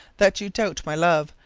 that you doubt my love,